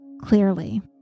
clearly